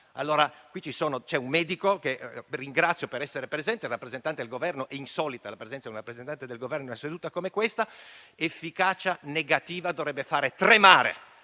negativa. Qui c'è un medico, che ringrazio per essere presente come rappresentante del Governo (è insolita la presenza di un rappresentante del Governo in una seduta come questa): "efficacia negativa" dovrebbe far tremare